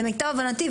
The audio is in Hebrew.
למיטב הבנתי,